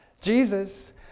Jesus